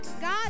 God